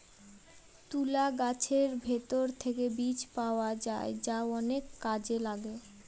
তুলা গাছের ভেতর থেকে বীজ পাওয়া যায় যা অনেক কাজে লাগে